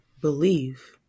believe